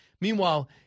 Meanwhile